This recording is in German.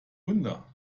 wunder